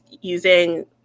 using